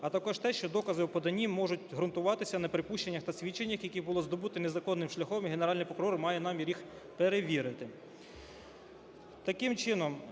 а також те, що докази у поданні можуть ґрунтуватися на припущеннях та свідченнях, які було здобуто незаконним шляхом і Генеральний прокурор має намір їх перевірити.